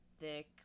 thick